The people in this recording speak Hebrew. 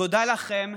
תודה לכם,